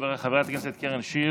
חברת הכנסת קרן,